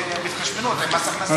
זאת התחשבנות עם מס הכנסה.